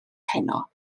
heno